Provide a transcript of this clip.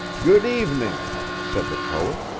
good evening said the poet.